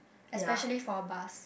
especially for a bus